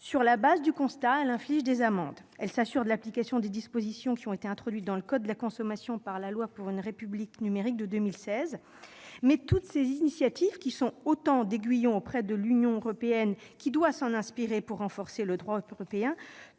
Sur la base du constat, elle inflige des amendes. Elle s'assure de l'application des dispositions introduites dans le code de la consommation par la loi pour une République numérique de 2016. Mais toutes ces initiatives, qui sont autant d'aiguillons adressés à l'Union européenne pour renforcer le droit européen,